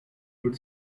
would